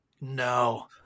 no